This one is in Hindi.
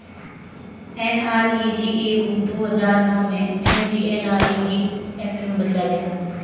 एन.आर.ई.जी.ए को दो हजार नौ में एम.जी.एन.आर.इ.जी एक्ट में बदला गया